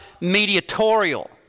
mediatorial